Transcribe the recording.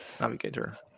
Navigator